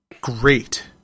Great